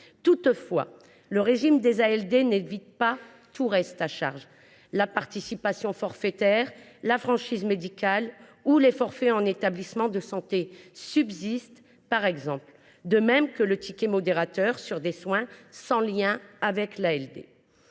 Toutefois, le régime des ALD n’évite pas tout reste à charge : la participation forfaitaire, la franchise médicale ou les forfaits en établissements de santé subsistent, par exemple, de même que le ticket modérateur pour des soins sans lien avec l’ALD.